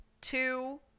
two